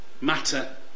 matter